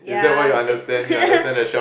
ya z~